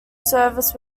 service